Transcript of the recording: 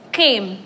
came